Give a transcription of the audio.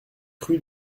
rue